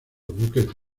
buques